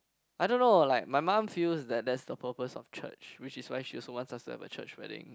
I don't know like my mum feels that that's the purpose of church which is why she also wants us to have a church wedding